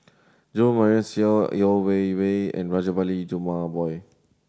Jo Marion Seow Yeo Wei Wei and Rajabali Jumabhoy